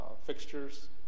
fixtures